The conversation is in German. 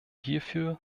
hierfür